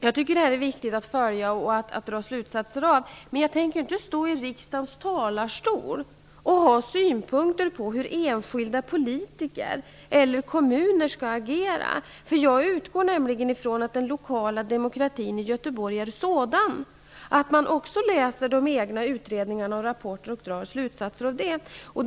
Jag tycker att detta är viktigt att följa och att dra slutsatser av, men jag tänker inte stå i riksdagens talarstol och ha synpunkter på hur enskilda politiker eller kommuner skall agera. Jag utgår nämligen från att den lokala demokratin i Göteborg är sådan att man också läser de egna utredningarna och rapporterna och drar slutsatser därav.